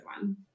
one